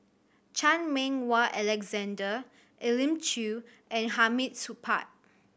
Chan Meng Wah Alexander Elim Chew and Hamid Supaat